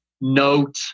note